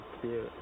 cute